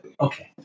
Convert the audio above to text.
Okay